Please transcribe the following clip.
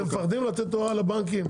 אתם מפחדים לתת הוראה לבנקים?